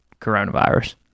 coronavirus